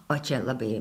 o čia labai